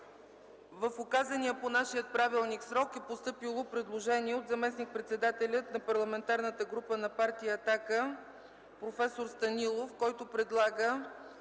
В указания по нашия правилник срок е постъпило предложение от заместник-председателя на Парламентарната група на Партия „Атака” проф. Станилов, който предлага